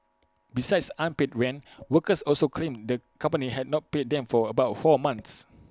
besides unpaid rent workers also claimed the company had not paid them for about four months